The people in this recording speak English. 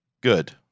good